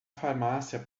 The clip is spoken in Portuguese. farmácia